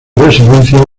residencia